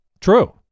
True